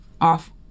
off